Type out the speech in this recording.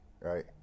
Right